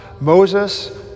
Moses